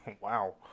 Wow